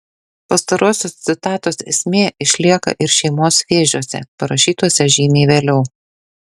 pastarosios citatos esmė išlieka ir šeimos vėžiuose parašytuose žymiai vėliau